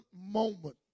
moment